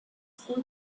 school